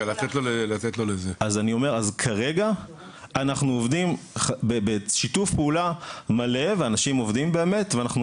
אז כרגע אנחנו עובדים בשיתוף פעולה מלא ואנשים עובדים באמת ואנחנו